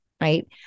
right